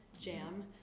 jam